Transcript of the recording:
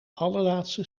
allerlaatste